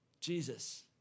Jesus